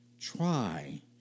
try